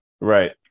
Right